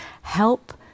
help